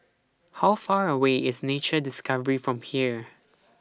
How Far away IS Nature Discovery from here